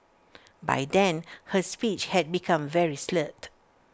by then her speech had become very slurred